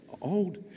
old